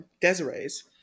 desiree's